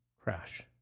crash